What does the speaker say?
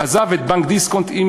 עזב את בנק דיסקונט עם